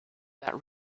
that